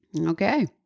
Okay